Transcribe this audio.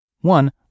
One